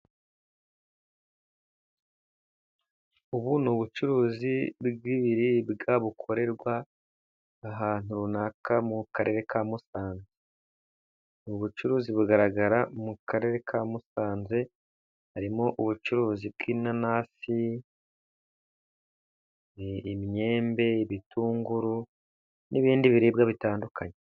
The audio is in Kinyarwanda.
Ubu ni ubucuruzi bw'ibiribwa bukorerwa ahantu runaka mu karere ka Musanze. Mu bucuruzi bugaragara mu karere ka Musanze harimo: ubucuruzi bw'inanasi, imyembe, ibitunguru, n'ibindi biribwa bitandukanye.